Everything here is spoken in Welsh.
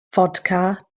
fodca